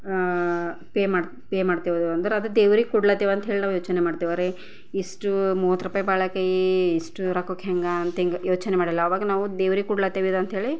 pay ಮಾಡಿ pay ಮಾಡ್ತೇವೆ ಅಂದ್ರೆ ಅದು ದೇವ್ರಿಗೆ ಕೊಡ್ಲಾತ್ತೇವ ಅಂಥೇಳಿ ನಾವು ಯೋಚನೆ ಮಾಡ್ತೇವ್ರಿ ಇಷ್ಟು ಮೂವತ್ತು ರೂಪಾಯಿ ಬಾಳೆಕಾಯಿ ಇಷ್ಟು ರೊಕ್ಕಕ್ಕೆ ಹೆಂಗೆ ಅಂತ ಹಿಂಗೆ ಯೋಚನೆ ಮಾಡಲ್ಲ ಆವಾಗ ನಾವು ದೇವರಿಗೆ ಕೊಡ್ಲಾತಿದ್ದ ಅಂಥೇಳಿ